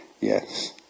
Yes